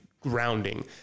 grounding